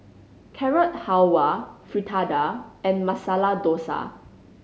Carrot Halwa Fritada and Masala Dosa